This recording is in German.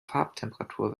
farbtemperatur